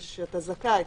אתה זכאי,